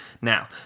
Now